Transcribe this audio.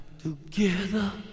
together